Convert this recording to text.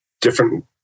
different